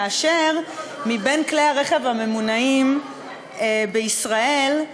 ומבין כלי הרכב הממונעים בישראל,